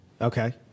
Okay